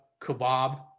Kebab